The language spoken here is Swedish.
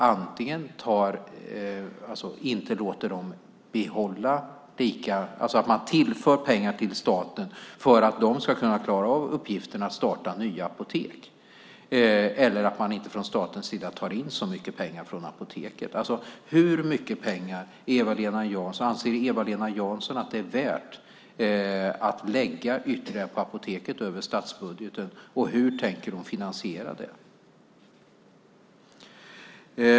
Antingen tillför man då pengar till staten för att de ska kunna sköta uppgiften att starta nya apotek eller tar man från statens sida inte in så mycket pengar från Apoteket. Hur mycket pengar anser Eva-Lena Jansson att det är värt att lägga ytterligare på Apoteket över statsbudgeten? Hur tänker hon finansiera det?